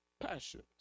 passions